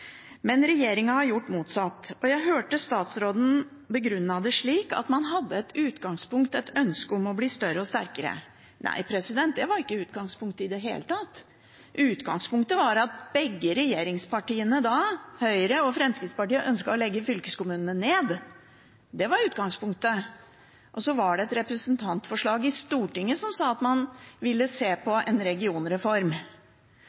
Men regjeringen har gjort motsatt. Jeg hørte statsråden begrunne det slik at man hadde som utgangspunkt et ønske om å bli større og sterkere. Nei, det var ikke utgangspunktet i det hele tatt. Utgangspunktet var at begge regjeringspartiene, da Høyre og Fremskrittspartiet, ønsket å legge ned fylkeskommunene. Det var utgangspunktet. Så var det et representantforslag i Stortinget som sa at man ville se